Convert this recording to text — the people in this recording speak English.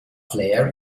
flare